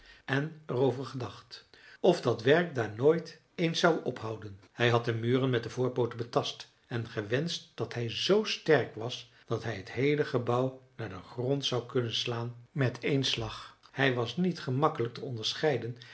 en er over gedacht of dat werk daar nooit eens zou ophouden hij had de muren met de voorpooten betast en gewenscht dat hij z sterk was dat hij het heele gebouw naar den grond zou kunnen slaan met één slag hij was niet gemakkelijk te onderscheiden